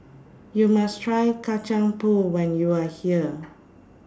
YOU must Try Kacang Pool when YOU Are here